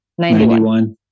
91